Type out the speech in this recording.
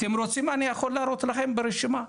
אתם רוצים אני יכול להראות לכם את הרשימה.